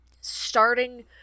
starting